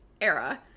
era